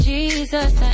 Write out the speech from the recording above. Jesus